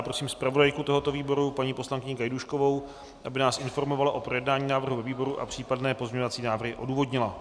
Prosím zpravodajku tohoto výboru paní poslankyni Gajdůškovou, aby nás informovala o projednání návrhu ve výboru a případné pozměňovací návrhy odůvodnila.